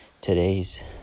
today's